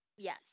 Yes